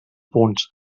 punts